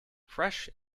fresh